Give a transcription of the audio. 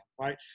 right